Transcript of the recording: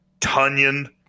Tunyon